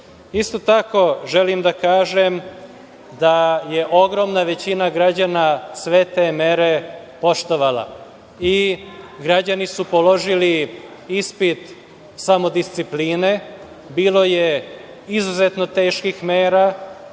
tako, želim da kažem da je ogromna većina građana sve te mere poštovala. Građani su položili ispit samodiscipline. Bilo je izuzetno teških mera